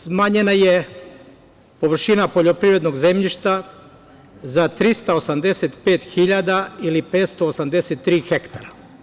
Drugo, smanjena je površina poljoprivrednog zemljišta za 385 hiljada ili 583 hektara.